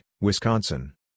Wisconsin